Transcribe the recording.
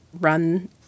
run